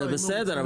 בסדר,